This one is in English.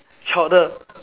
chowder